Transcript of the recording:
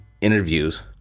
interviews